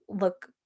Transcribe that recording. look